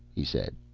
he said,